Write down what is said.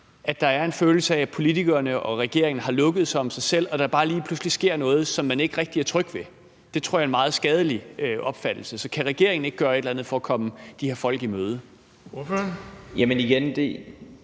at der er en følelse af, at politikerne og regeringen har lukket sig om sig selv og der bare lige pludselig sker noget, som man ikke rigtig er tryg ved? Det tror jeg er en meget skadelig opfattelse. Så kan regeringen ikke gøre et eller andet for at komme de her folk i møde? Kl. 13:34 Den fg.